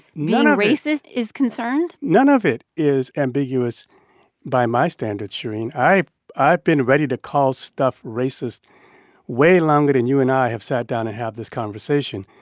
a racist is concerned? none of it is ambiguous by my standards, shereen. i i have been ready to call stuff racist way longer than you and i have sat down to have this conversation.